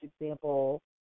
example